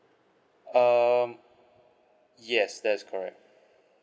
um yes that's correct